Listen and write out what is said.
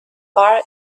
far